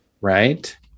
Right